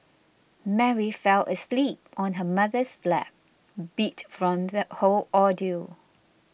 Mary fell asleep on her mother's lap beat from the whole ordeal